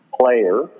player